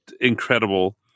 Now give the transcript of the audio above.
incredible